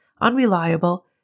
unreliable